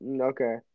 Okay